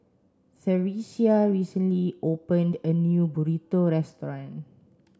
Theresia recently opened a new Burrito restaurant